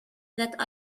that